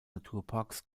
naturparks